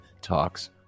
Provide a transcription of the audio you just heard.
Talks